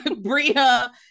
Bria